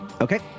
Okay